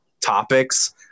topics